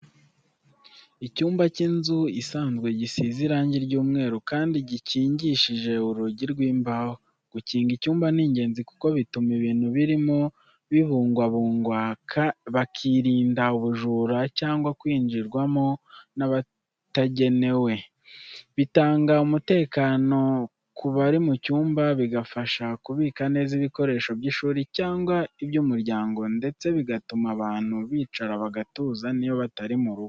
Icyumba cy'inzu isanzwe gisize irangi ry'umweru kandi gikingishije urugi rw'imbaho. Gukinga icyumba ni ingenzi kuko bituma ibintu birimo bibungwabungwa, bikarinda ubujura cyangwa kwinjirwamo n’abatagenewe. Bitanga umutekano ku bari mu cyumba, bigafasha kubika neza ibikoresho by’ishuri cyangwa iby’umuryango, ndetse bigatuma abantu bicara bagatuza n'iyo batari mu rugo.